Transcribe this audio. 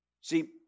See